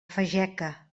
fageca